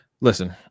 listen